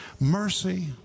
mercy